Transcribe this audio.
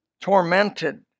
tormented